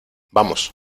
vamos